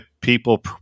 people